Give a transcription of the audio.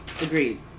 Agreed